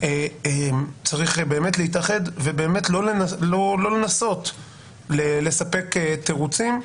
צריך באמת להתאחד ובאמת לא לנסות לספק תירוצים.